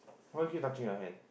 why you keep touching her hand